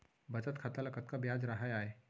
बचत खाता ल कतका ब्याज राहय आय?